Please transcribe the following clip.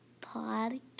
podcast